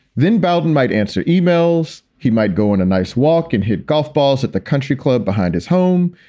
then beldon might answer emails. he might go on a nice walk and hit golf balls at the country club behind his home.